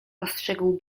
ostrzegł